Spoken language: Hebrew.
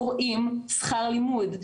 קוראים שכר לימוד,